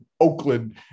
Oakland